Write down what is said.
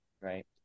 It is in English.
Right